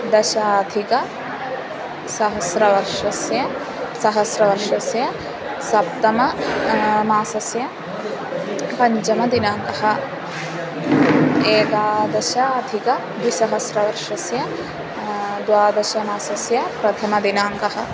दशाधिकसहस्रतमवर्षस्य सहस्रतमवर्षस्य सप्तमः मासस्य पञ्चमदिनाङ्कः एकादशाधिकद्विसहस्रतमवर्षस्य द्वादशमासस्य प्रथमदिनाङ्कः